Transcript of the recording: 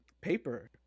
paper